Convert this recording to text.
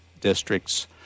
districts